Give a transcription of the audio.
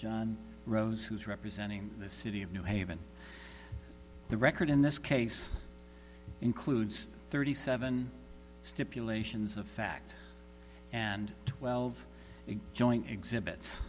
john rose who's representing the city of new haven the record in this case includes thirty seven stipulations of fact and twelve a joint exhibits